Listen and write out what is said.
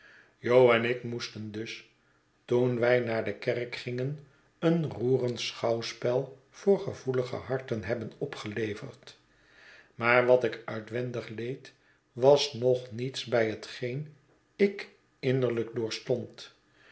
jo en ik moeten dus toen wij naar de kerk gingen een roerend schouwspel voor gevoelige harten hebben opgeleverd maar wat ik uitwendig leed was nog niets bij hetgeen ik innerlijk